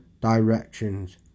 directions